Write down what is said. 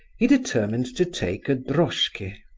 he determined to take a droshky.